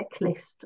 checklist